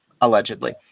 Allegedly